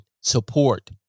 support